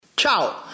Ciao